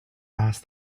asked